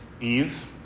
Eve